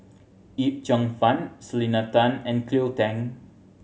Yip Cheong Fun Selena Tan and Cleo Thang